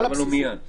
למה לא מיד?